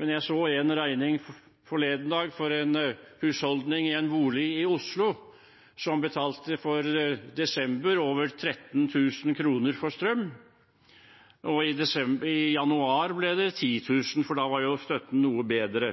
men jeg så en regning forleden dag for en husholdning i en bolig i Oslo. De betalte for desember over 13 000 kr for strøm – i januar ble det 10 000 kr, for da var støtten noe bedre,